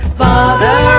father